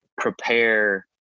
prepare